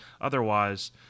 Otherwise